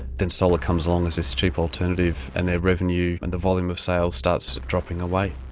then solar comes along, there's this cheap alternative, and their revenue and the volume of sales starts dropping away.